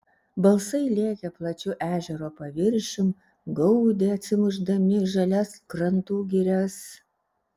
balsai lėkė plačiu ežero paviršium gaudė atsimušdami į žalias krantų girias